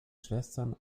schwestern